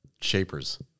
shapers